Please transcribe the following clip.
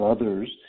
others